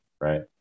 right